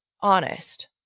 honest